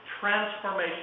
transformation